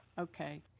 Okay